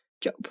Job